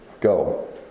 Go